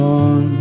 on